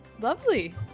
Lovely